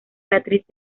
beatriz